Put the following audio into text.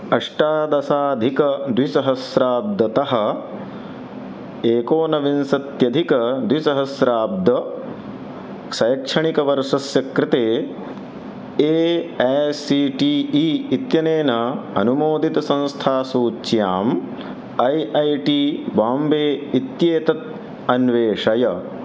अष्टादशाधिकद्विसहस्राब्दतः एकोनविंशत्यधिकद्विसहस्राब्दशेक्षणिकवर्षस्य कृते A I C T E इत्यनेन अनुमोदितसंस्थासूच्याम् ऐ ऐ टि बाम्बे इत्येतत् अन्वेषय